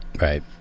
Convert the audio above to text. right